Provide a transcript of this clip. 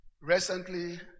Recently